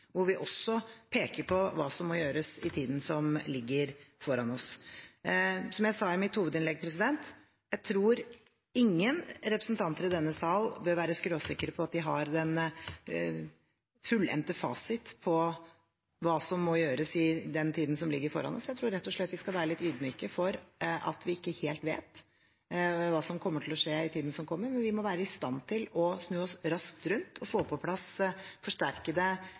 hvor vi også peker på hva som må gjøres i tiden som ligger foran oss. Som jeg sa i mitt hovedinnlegg: Jeg tror ingen representant i denne sal bør være skråsikker på at de har den fullendte fasit på hva som må gjøres i den tiden som ligger foran oss. Jeg tror rett og slett vi skal være litt ydmyke for at vi ikke helt hva som kommer til å skje i tiden som kommer. Men vi må være i stand til å snu oss raskt rundt og få på plass forsterkede